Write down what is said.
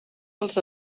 dels